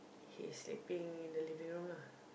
he is sleeping in the living room lah